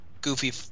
goofy